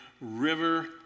river